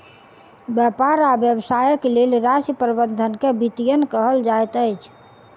व्यापार आ व्यवसायक लेल राशि प्रबंधन के वित्तीयन कहल जाइत अछि